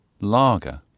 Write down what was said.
Lager